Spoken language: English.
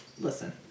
listen